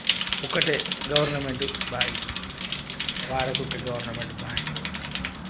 ఒకటే గవర్నమెంట్ బావి వాడుకుంటే గవర్నమెంట్ బావి